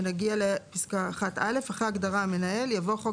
ונגיע לפסקה (1א) אחרי ההגדרה "המנהל" יבוא" "חוק